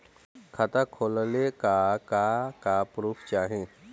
खाता खोलले का का प्रूफ चाही?